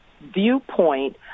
viewpoint